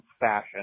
fashion